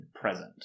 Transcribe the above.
present